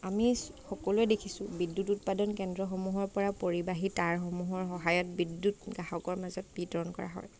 আমি সকলোৱে দেখিছোঁ বিদ্যুৎ উৎপাদন কেন্দ্ৰসমূহৰ পৰা পৰিবাহী তাঁৰসমূহৰ সহায়ত বিদ্যুৎ গ্ৰাহকৰ মাজত বিতৰণ কৰা হয়